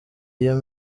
iyo